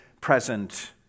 present